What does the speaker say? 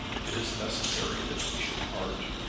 it is necessary that we should part.